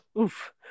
Oof